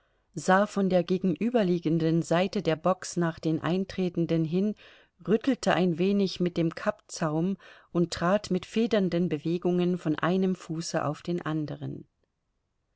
sah von der gegenüberliegenden seite der box nach den eintretenden hin rüttelte ein wenig mit dem kappzaum und trat mit federnden bewegungen von einem fuße auf den anderen